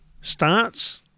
Starts